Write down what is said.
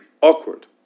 awkward